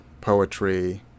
poetry